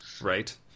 Right